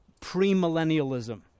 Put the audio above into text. premillennialism